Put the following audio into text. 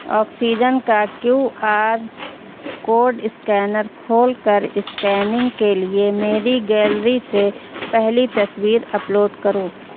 oxygen کا Q R code scanner کھول کر اسکیننگ کے لیے میری گیلری سے پہلی تصویر اپلوڈ کرو